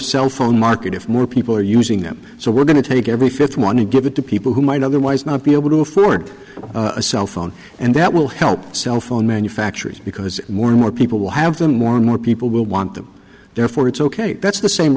cellphone market if more people are using them so we're going to take every fifth one to give it to people who might otherwise not be able to afford a cell phone and that will help cell phone manufacturers because more and more people will have them more and more people will want them therefore it's ok that's the same